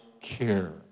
care